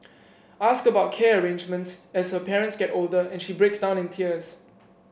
ask about care arrangements as her parents get older and she breaks down in tears